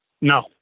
No